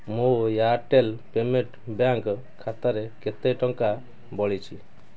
ମୋ Airtel payment bank ଖାତାରେ କେତେ ଟଙ୍କା ବଳିଛି